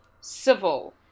civil